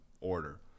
order